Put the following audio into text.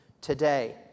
today